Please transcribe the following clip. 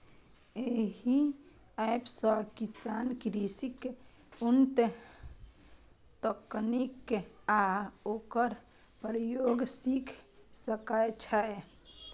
एहि एप सं किसान कृषिक उन्नत तकनीक आ ओकर प्रयोग सीख सकै छै